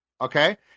Okay